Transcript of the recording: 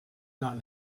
not